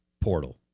portal